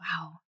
wow